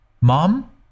Mom